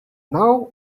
now